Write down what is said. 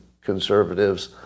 conservatives